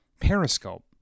Periscope